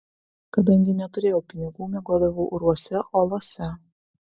kadangi neturėjau pinigų miegodavau urvuose olose